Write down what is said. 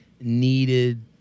needed